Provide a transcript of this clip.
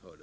Herr Helén